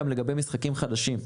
לגבי משחקים חדשים,